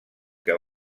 que